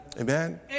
Amen